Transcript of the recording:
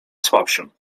słabszym